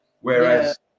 Whereas